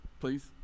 please